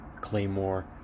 Claymore